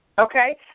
Okay